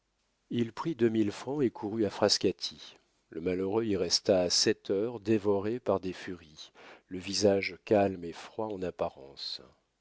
il prit deux mille francs et courut à frascati le malheureux y resta sept heures dévoré par des furies le visage calme et froid en apparence